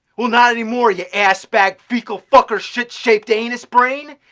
well, not anymore you ass-bag, fecal fucker, shit shaped anus brain!